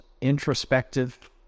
introspective